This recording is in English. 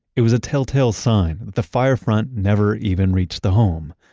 it was a telltale sign that the fire front never even reached the home,